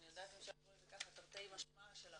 אם אפשר לקרוא לזה ככה, תרתי משמע, של הרפורמה.